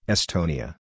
Estonia